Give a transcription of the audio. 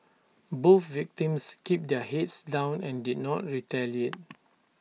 both victims kept their heads down and did not retaliate